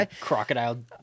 Crocodile